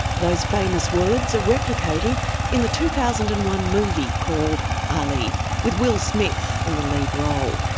those famous words are replicated in the two thousand and one movie called ali with will smith in the lead role.